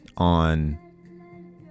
On